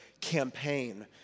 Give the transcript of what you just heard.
campaign